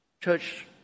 Church